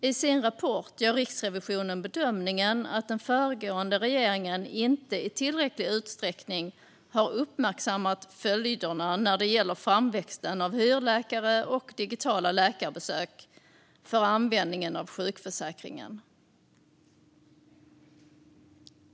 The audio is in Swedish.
I sin rapport gör Riksrevisionen bedömningen att den föregående regeringen inte i tillräcklig utsträckning har uppmärksammat följderna av framväxten av hyrläkare och digitala läkarbesök för användningen av sjukförsäkringen.